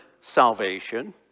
salvation